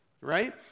right